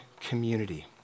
community